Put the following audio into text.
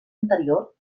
anterior